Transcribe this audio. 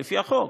לפי החוק.